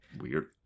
weird